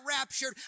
raptured